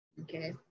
okay